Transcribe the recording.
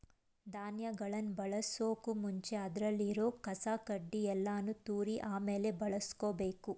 ಧಾನ್ಯಗಳನ್ ಬಳಸೋಕು ಮುಂಚೆ ಅದ್ರಲ್ಲಿ ಇರೋ ಕಸ ಕಡ್ಡಿ ಯಲ್ಲಾನು ತೂರಿ ಆಮೇಲೆ ಬಳುಸ್ಕೊಬೇಕು